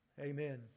Amen